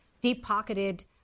deep-pocketed